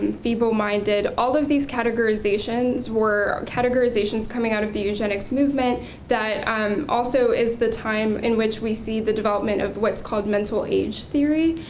and feeble-minded all of these categorizations were categorizations coming out of the eugenics movement that um also is the time in which we see the development of what's called mental age theory,